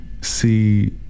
see